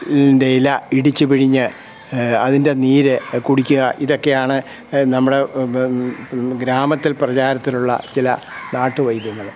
ഇതിൻ്റെ ഇല ഇടിച്ചു പിഴിഞ്ഞ് അതിൻ്റെ നീര് കുടിക്കുക ഇതൊക്കെയാണ് നമ്മുടെ ഗ്രാമത്തിൽ പ്രചാരത്തിലുള്ള ചില നാട്ടുവൈദ്യങ്ങൾ